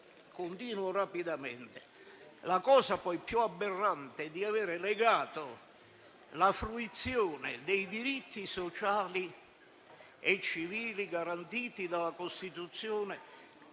Continuo rapidamente. La cosa più aberrante è avere legato la fruizione dei diritti sociali e civili, garantiti dalla Costituzione